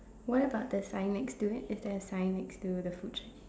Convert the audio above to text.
what about the sign next to it is there a sign next to the food shack